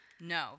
No